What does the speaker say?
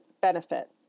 benefit